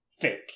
fake